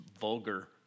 vulgar